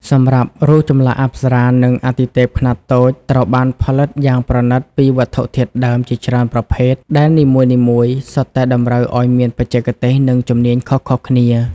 សម្រាប់ រូបចម្លាក់អប្សរា និងអាទិទេពខ្នាតតូច ត្រូវបានផលិតយ៉ាងប្រណិតពីវត្ថុធាតុដើមជាច្រើនប្រភេទ ដែលនីមួយៗសុទ្ធតែតម្រូវឱ្យមានបច្ចេកទេស និងជំនាញខុសៗគ្នា។